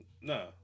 No